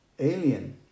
Alien